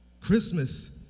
Christmas